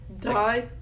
Die